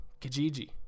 Kijiji